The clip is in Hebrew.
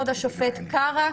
השופט קרא,